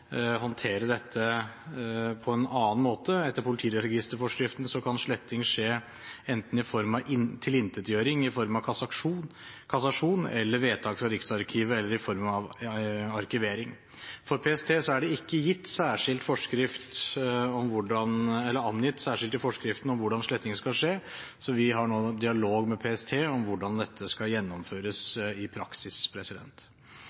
håndtere dette på en annen måte. Etter politiregisterforskriften kan sletting skje enten i form av tilintetgjøring i form av kassasjon, ved vedtak fra Riksarkivet eller i form av arkivering. For PST er det ikke angitt særskilt i forskriften om hvordan slettingen skal skje, så vi har nå en dialog med PST om hvordan dette skal gjennomføres i praksis.